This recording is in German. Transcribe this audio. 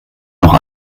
noch